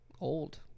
old